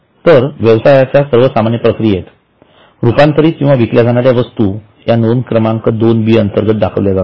तर व्यवसायाच्या सर्व सामान्य प्रक्रियेत रूपांतरित किंवा विकल्या जाणाऱ्या वस्तू या नोंद क्रमांक २ बी अंतर्गत दाखविल्या जातात